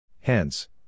Hence